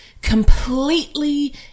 completely